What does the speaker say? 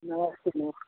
नमस्ते नमस्ते नमस